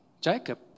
Jacob